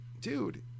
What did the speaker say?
dude